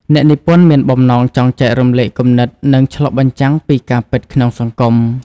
អ្នកនិពន្ធមានបំណងចង់ចែករំលែកគំនិត និងឆ្លុះបញ្ចាំងពីការពិតក្នុងសង្គម។